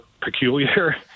peculiar